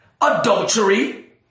adultery